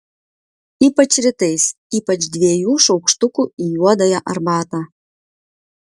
ypač rytais ypač dviejų šaukštukų į juodąją arbatą